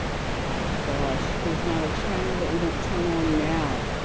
oh gosh, there's not a channel that you don't turn on now.